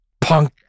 Punk